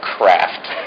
Craft